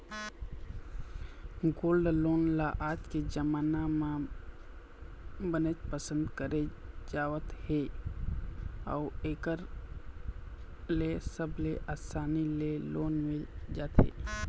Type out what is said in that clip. gold loan ल आज के जमाना म बनेच पसंद करे जावत हे अउ एखर ले सबले असानी ले लोन मिल जाथे